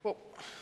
ה-50